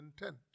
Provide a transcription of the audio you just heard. intent